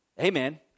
Amen